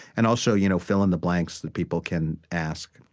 and also you know fill-in-the-blanks that people can ask.